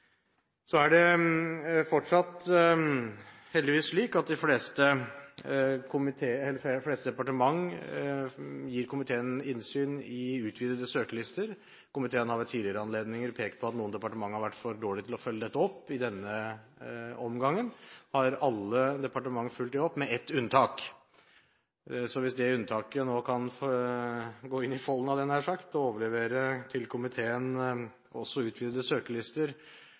Så er det fortsatt – heldigvis – slik at de fleste departementer gir komiteen innsyn i utvidede søkerlister. Komiteen har ved tidligere anledninger pekt på at noen departementer har vært for dårlige til å følge dette opp. I denne omgangen har alle departementer fulgt det opp, med ett unntak. Så hvis det unntaket nå kan gå inn i folden – hadde jeg nær sagt – og overlevere komiteen utvidede søkerlister